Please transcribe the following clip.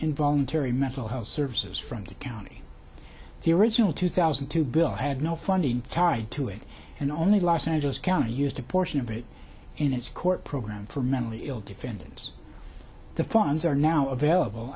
involuntary mental health services from the county the original two thousand and two bill had no funding tied to it and only los angeles county used the portion of it in its court program for mentally ill defendants the funds are now available